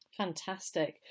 fantastic